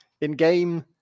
In-game